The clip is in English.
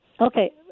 okay